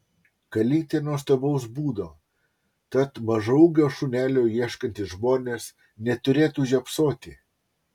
kalytė nuostabaus būdo tad mažaūgio šunelio ieškantys žmonės neturėtų žiopsoti